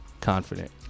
confident